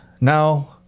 Now